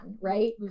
right